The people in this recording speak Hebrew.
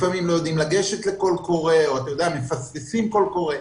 לפעמים לא יודעים לגשת לקול קורא או מפספסים קול קורא,